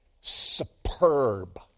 superb